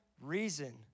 reason